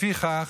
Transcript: לפיכך,